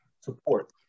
support